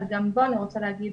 אבל גם בו אני רוצה להגיד,